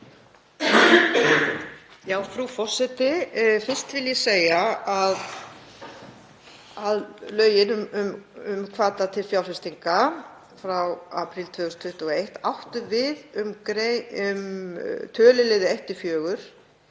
Frú forseti. Fyrst vil ég segja að lögin um hvata til fjárfestinga frá apríl 2021 áttu við um töluliði 1–4 í 37. gr.